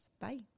Bye